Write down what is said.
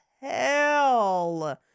hell